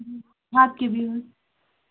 اَد کیاہ بِہِو حظ